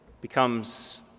becomes